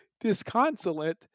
disconsolate